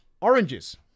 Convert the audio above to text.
Oranges